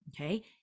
Okay